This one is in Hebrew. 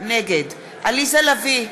נגד עליזה לביא,